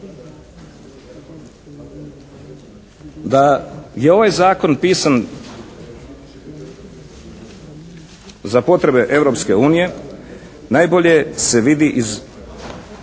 Da je ovaj zakon pisan za potrebe Europske unije najbolje se vidi iz